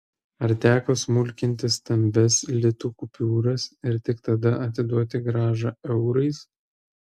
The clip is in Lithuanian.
ar teko smulkinti stambias litų kupiūras ir tik tada atiduoti grąžą eurais